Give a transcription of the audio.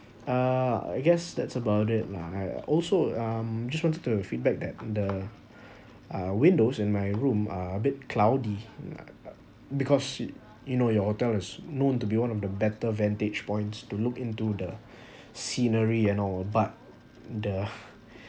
uh I guess that's about it lah I also um just wanted to feedback that the uh windows in my room are a bit cloudy because she you know your hotel is known to be one of the better vantage points to look into the scenery and all but the